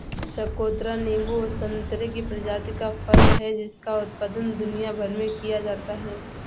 चकोतरा नींबू और संतरे की प्रजाति का फल है जिसका उत्पादन दुनिया भर में किया जाता है